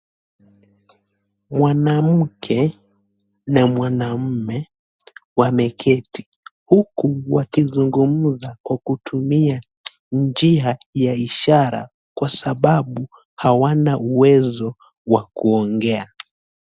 Mwanamke na mwanaume wameketi huku wakizungumza kwa kutumia njia ya ishara kwa sababu hawana uwezo wa kuongea.